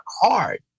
hard